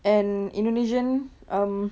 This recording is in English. and indonesian um